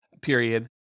period